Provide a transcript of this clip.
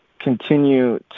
Continue